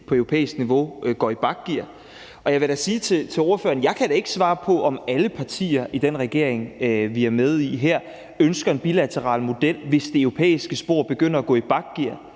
på europæisk niveau går i bakgear. Og jeg vil da sige til ordføreren, at jeg ikke kan svare på, om alle partier i den regering, vi er med i her, ønsker en bilateral model, hvis det europæiske spor begynder at gå i bakgear.